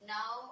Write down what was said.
now